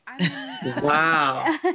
Wow